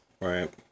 right